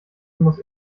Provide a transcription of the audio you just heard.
muss